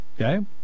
Okay